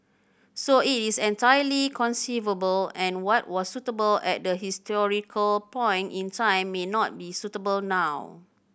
so it is entirely conceivable and what was suitable at the historical point in time may not be suitable now